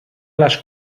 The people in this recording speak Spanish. las